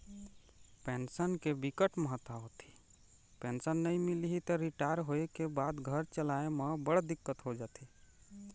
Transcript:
pension के बिकट महत्ता होथे, पेंसन नइ मिलही त रिटायर होए के बाद घर चलाए म बड़ दिक्कत हो जाथे